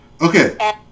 Okay